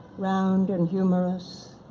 round and humorous.